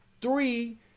three